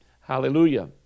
Hallelujah